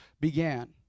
began